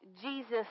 Jesus